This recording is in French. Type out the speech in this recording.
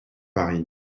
farine